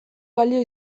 balio